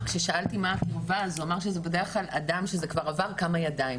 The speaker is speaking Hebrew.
כששאלתי מה הקרבה אז הוא אמר שזה בדרך כלל אדם שזה כבר עבר כמה ידיים,